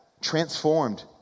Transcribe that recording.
Transformed